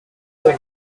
hole